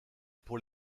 pour